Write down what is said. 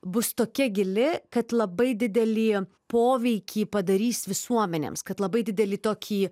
bus tokia gili kad labai didelį poveikį padarys visuomenėms kad labai didelį tokį